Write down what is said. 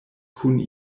kun